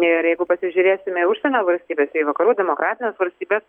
ir jeigu pasižiūrėsime užsienio valstybes į vakarų demokratinės valstybes